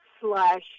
slash